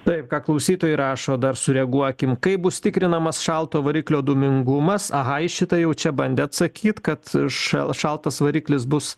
taip ką klausytojai rašo dar sureaguokim kaip bus tikrinamas šalto variklio dūmingumas aha į šitą jau čia bandė atsakyt kad šal šaltas variklis bus